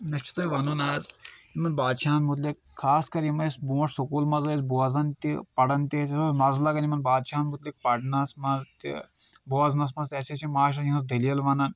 مےٚ چُھ تۄہہ وَنُن آز یِمن بادشاہَن مُتعلِق خاص کَر یِم أسۍ برونٛٹھ سکوٗل منٛز ٲسۍ بوزان تہِ پَران تہِ اَسہِ اوس مَزٕ لگان یِمن بادشاہَن مُتعلِق پرنَس منٛز تہِ بوزنَس منٛز تہِ اَسہِ ٲسۍ یِم مسٹرن ہٕنٛز دٔلیٖل وَنان